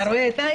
אתה דאגת להם.